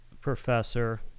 Professor